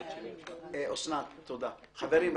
חברים,